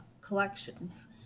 collections